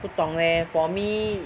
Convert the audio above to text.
不懂 leh for me